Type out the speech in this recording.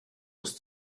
ist